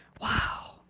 Wow